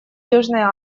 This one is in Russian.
южной